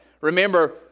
Remember